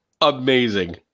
Amazing